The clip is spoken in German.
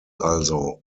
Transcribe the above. also